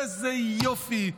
איזה יופי,